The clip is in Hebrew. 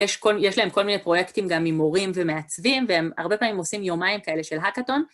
יש להם כל מיני פרויקטים גם ממורים ומעצבים, והם הרבה פעמים עושים יומיים כאלה של הקאטון.